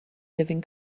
living